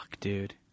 dude